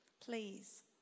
Please